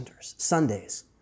Sundays